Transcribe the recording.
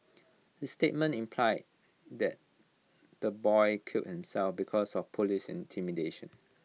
his statements imply that the boy killed himself because of Police intimidation